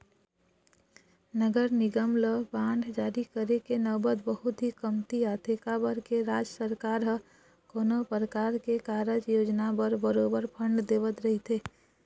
नगर निगम ल बांड जारी करे के नउबत बहुत ही कमती आथे काबर के राज सरकार ह कोनो परकार के कारज योजना बर बरोबर फंड देवत रहिथे